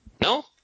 No